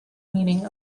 meaning